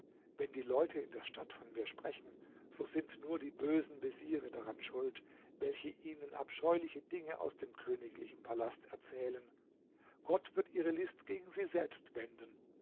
wenn die leute in der stadt von mir sprechen so sind nur die bösen veziere daran schuld welche ihnen abscheuliche dinge aus dem königlichen palast erzählen gott wird ihre list gegen sie selbst wenden